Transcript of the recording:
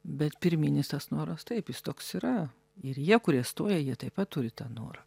bet pirminis tas noras taip jis toks yra ir jie kurie stoja jie taip pat turi tą norą